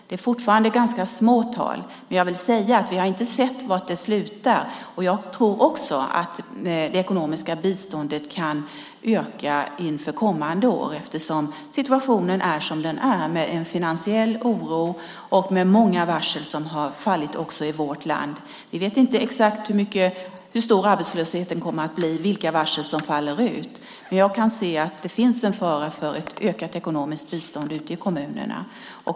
Det är fortfarande ganska små tal, men vi har inte sett var det slutar. Jag tror också att det ekonomiska biståndet kan öka inför kommande år eftersom situationen är som den är med finansiell oro och många varsel. Vi vet inte exakt hur stor arbetslösheten blir och vilka varsel som faller ut. Jag kan dock se att det finns en fara för ett ökat ekonomiskt bistånd i kommunerna.